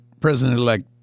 President-elect